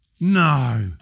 no